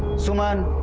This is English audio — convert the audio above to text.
suman